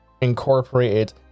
incorporated